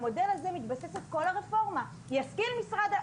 ושהמורים טענו שאין צורך לאבחן את הילד או הילדה,